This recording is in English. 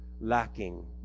lacking